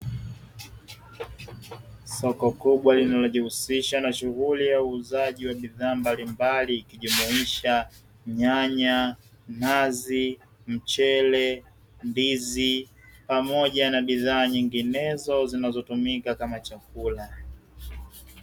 Soko kubwa linalojihusisha na shughuli ya uuzaji wa bidhaa mbalimbali ilijumlisha nyanya, nazi, mchele, ndizi pamoja na bidhaa nyinginezo zinazotumika kama chakula.